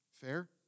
Fair